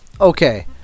Okay